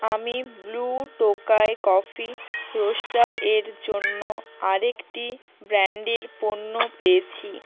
আমি Blue Tokai coffee roaster এর জন্য আরেকটি ব্র্যান্ডের পণ্য পেয়েছি